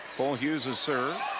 bolhuis is serving